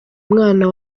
umwana